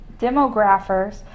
demographers